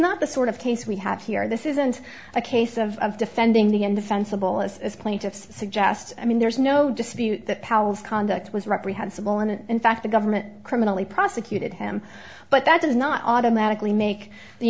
not the sort of case we have here this isn't a case of defending the indefensible as plaintiffs suggest i mean there's no dispute that powers conduct was reprehensible and in fact the government criminally prosecuted him but that does not automatically make the